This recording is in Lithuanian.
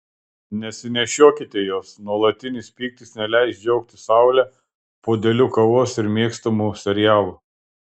nesinešiokite jos nuolatinis pyktis neleis džiaugtis saule puodeliu kavos ir mėgstamu serialu